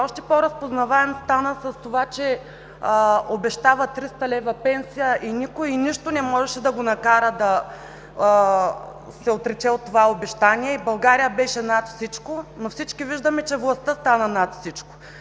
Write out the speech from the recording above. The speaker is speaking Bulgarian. още по-разпознаваем стана с това, че обещава 300 лв. пенсия и никой, и нищо не можеше да го накара да се отрече от това обещание, и България беше над всичко, но всички виждаме, че властта стана над всичко.